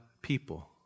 people